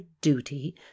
duty